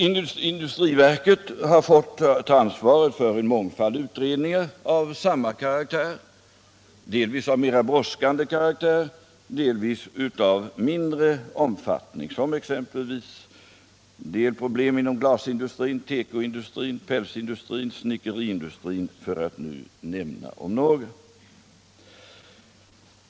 Industriverket har fått ta ansvaret för en mångfald utredningar av samma karaktär, delvis av mera brådskande art, delvis av mindre omfattning, som exempelvis när det gällt delproblem inom glasindustrin, tekoindustrin, pälsindustrin och snickeriindustrin, för att nu nämna några.